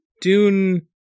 Dune